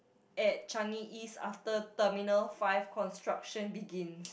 at Changi-East after terminal five construction begin